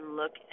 look